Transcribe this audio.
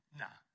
nah